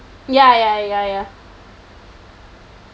ya ya ya